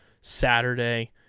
Saturday